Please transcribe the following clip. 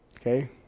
Okay